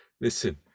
Listen